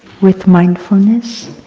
with mindfulness,